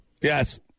Yes